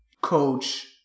coach